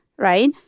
Right